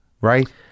right